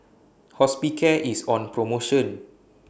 Hospicare IS on promotion